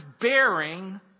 bearing